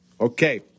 okay